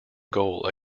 goal